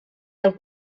del